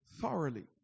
thoroughly